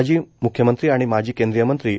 माजी म्ख्यमंत्री आणि माजी केंद्रीय मंत्री स्व